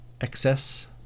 Excess